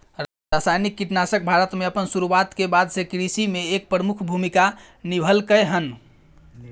रासायनिक कीटनाशक भारत में अपन शुरुआत के बाद से कृषि में एक प्रमुख भूमिका निभलकय हन